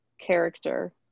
character